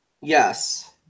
Yes